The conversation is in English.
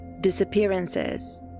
Disappearances